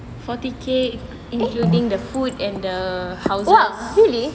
forty K including the food and the house